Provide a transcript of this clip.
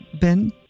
Ben